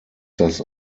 das